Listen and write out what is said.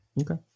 okay